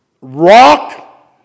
rock